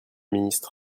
ministre